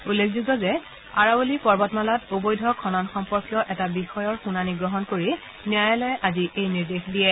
উল্লেখযোগ্য যে আৰাৱলী পৰ্বতমালাত অবৈধ খনন সম্পৰ্কীয় এটা বিষয়ৰ শুনানি গ্ৰহণ কৰি ন্যায়ালয়ে আজি এই নিৰ্দেশ দিয়ে